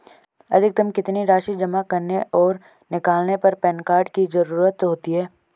अधिकतम कितनी राशि जमा करने और निकालने पर पैन कार्ड की ज़रूरत होती है?